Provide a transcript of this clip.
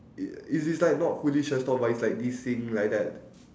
i~ it is like not fully thrash talk but it's like dissing like that